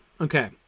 okay